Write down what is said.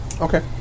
Okay